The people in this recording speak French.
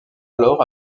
alors